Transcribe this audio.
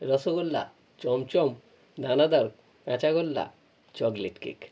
রসগোল্লা চমচম দানাদার কাঁচাগোল্লা chocolate cake